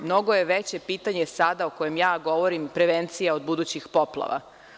Mnogo je veće pitanje sada o kojem ja govorim, prevencija od budućih poplava.